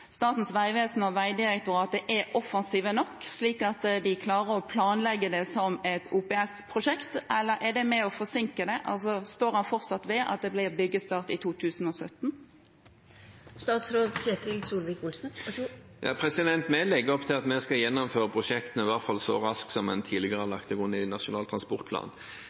Statens vegvesen og Vegdirektoratet er offensive nok, slik at de klarer å planlegge det som et OPS-prosjekt, eller er det med på å forsinke det? Altså, står statsråden fortsatt ved at det blir byggestart i 2017? Vi legger opp til at vi skal gjennomføre prosjektene i hvert fall så raskt som en tidligere har lagt til grunn i Nasjonal transportplan.